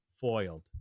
Foiled